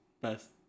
best